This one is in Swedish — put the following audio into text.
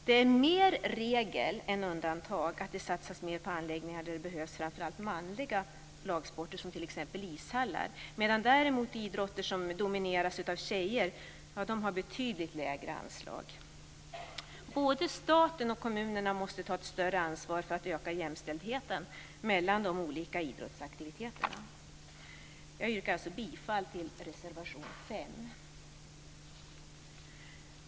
Det är mer regel än undantag att det satsas mer på anläggningar där det bedrivs framför allt manliga lagsporter, som t.ex. ishallar, medan däremot idrotter som domineras av tjejer har betydligt lägre anslag. Både staten och kommunerna måste ta ett större ansvar för att öka jämställdheten mellan de olika idrottsaktiviteterna. Jag yrkar alltså bifall till reservation 5.